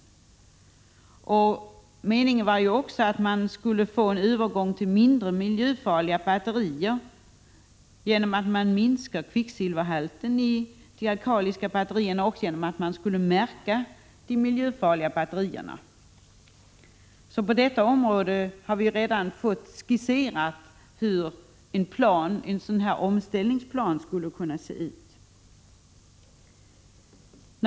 Meningen var också att vi skulle få en övergång till mindre miljöfarliga batterier genom att man minskar kvicksilverhalten i de alkaliska batterierna. Man skulle märka de miljöfarliga batterierna. På detta område har vi alltså redan fått skisserat hur en omställningsplan skulle kunna se ut.